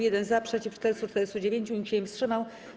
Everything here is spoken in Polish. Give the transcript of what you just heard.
1 - za, przeciw - 449, nikt się nie wstrzymał.